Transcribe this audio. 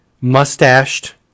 mustached